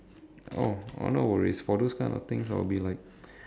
oh oh no worries for those kind of things I'll be like